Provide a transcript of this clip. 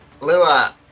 Lua